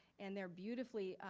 and they're beautifully,